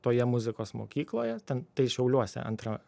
toje muzikos mokykloje ten tai šiauliuose antrą